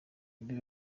bieber